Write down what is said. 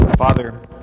Father